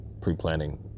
Pre-planning